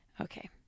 Okay